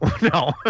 No